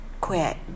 quit